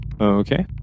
Okay